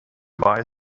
bye